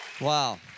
Wow